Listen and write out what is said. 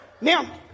Now